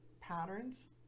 patterns